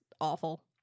awful